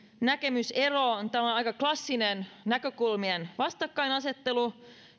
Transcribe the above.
näkemysero on tämä aika klassinen näkökulmien vastakkainasettelu